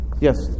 Yes